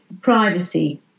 privacy